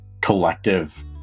collective